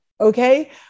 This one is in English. okay